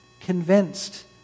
convinced